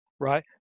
Right